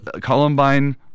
Columbine